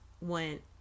went